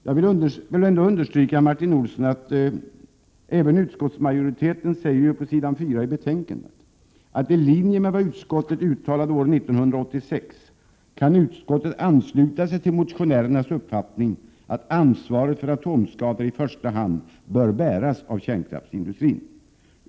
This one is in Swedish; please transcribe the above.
Jag vill understryka för Martin Olsson att utskottsmajoriteten uttalar följande på s. 4 i betänkandet: ”I linje med vad utskottet uttalade år 1986 kan utskottet ansluta sig till motionärernas uppfattning att ansvaret för atomskador i första hand bör bäras av kärnkraftsindustrin.